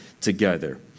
together